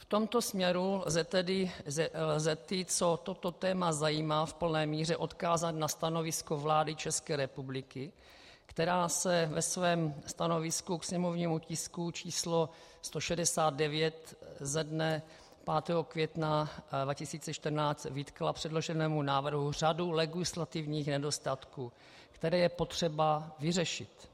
V tomto směru lze ty, co toto téma zajímá, v plné míře odkázat na stanovisko vlády České republiky, která ve svém stanovisku k sněmovnímu tisku číslo 169 ze dne 5. května 2014 vytkla předloženému návrhu řadu legislativních nedostatků, které je potřeba vyřešit.